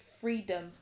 freedom